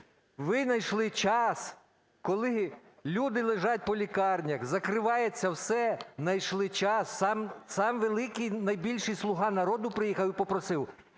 Ви знайшли час, коли люди лежать по лікарнях, закривається все, знайшли час, сам великий, найбільший "слуга народу" приїхав і попросив: